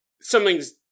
something's